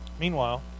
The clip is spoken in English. Meanwhile